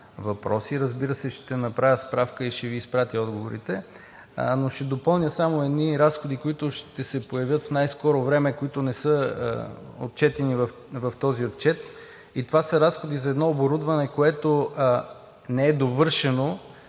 въпроси. Разбира се, ще направя справка и ще Ви изпратя отговорите. Ще допълня само едни разходи, които ще се появят в най-скоро време, които не са отчетени в този отчет. Това са разходи за едно оборудване, което не е довършено